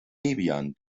debian